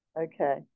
Okay